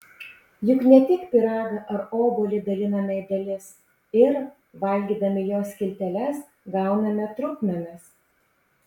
juk ne tik pyragą ar obuolį daliname į dalis ir valgydami jo skilteles gauname trupmenas